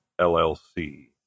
LLC